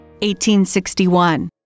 1861